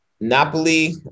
Napoli